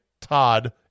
todd